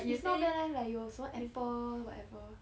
it's not bad leh like 有时候 apple whatever